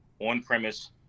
on-premise